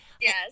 Yes